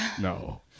No